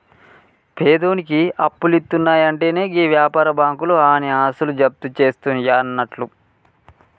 పేదోనికి అప్పులిత్తున్నయంటెనే గీ వ్యాపార బాకుంలు ఆని ఆస్తులు జప్తుజేస్తయన్నట్లు